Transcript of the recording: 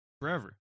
forever